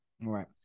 right